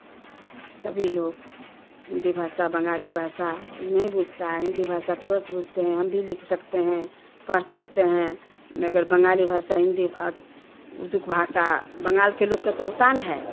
सभी लोग हिंदी भाषा बंगाली भाषा नहीं बूझता है हिंदी भाषा तुरंत बूझता है हम भी लिख सकते हैं पढ़ सकते हैं मगर बंगाली भाषा हिंदी उर्दू भाषा बंगाल के लोग को तो आसान है